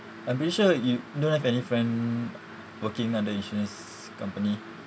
I'm pretty sure you don't have any friend working under insurance company